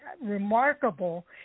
remarkable